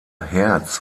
herz